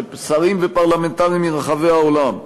של שרים ופרלמנטרים מרחבי העולם.